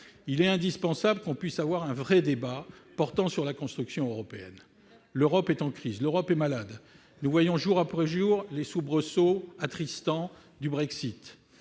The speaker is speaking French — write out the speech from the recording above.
Il est indispensable que nous puissions avoir un vrai débat sur la construction européenne. L'Europe est en crise, l'Europe est malade. Nous voyons jour après jour les soubresauts attristants du Brexit.